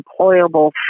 employable